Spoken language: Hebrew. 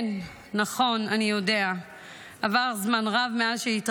כן, נכון, אני יודע.